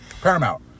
Paramount